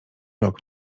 rok